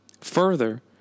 Further